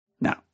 Now